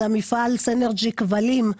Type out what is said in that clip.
היא מפעל סינרג'י כבלים.